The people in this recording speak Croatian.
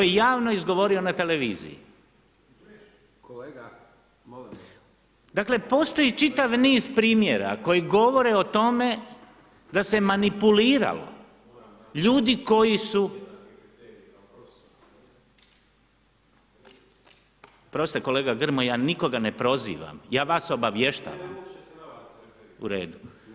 To je javno izgovorio na televiziji. … [[Upadica se ne čuje.]] Dakle, postoji čitav niz primjera koji govore o tome da se manipuliralo, ljudi koji su …… [[Upadica se ne čuje.]] Oprostite kolega Grmoja, ja nikoga ne prozivam, ja vas obavještavam. … [[Upadica se ne čuje.]] U redu.